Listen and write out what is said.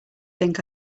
think